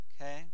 Okay